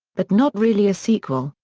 but not really a sequel,